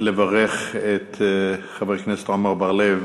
לברך את חבר הכנסת עמר בר-לב